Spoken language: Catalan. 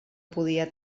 podia